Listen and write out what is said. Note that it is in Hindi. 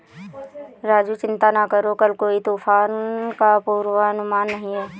राजू चिंता ना करो कल कोई तूफान का पूर्वानुमान नहीं है